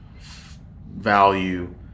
value